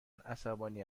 عصبانی